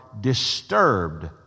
disturbed